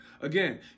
Again